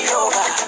over